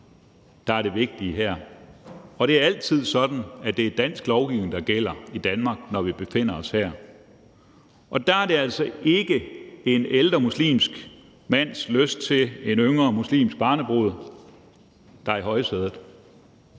der er det vigtige her, og det er altid sådan, at det er dansk lovgivning, der gælder i Danmark, når vi befinder os her. Og der er det altså ikke en ældre muslimsk mands lyst til en yngre muslimsk barnebrud, der er i højsædet,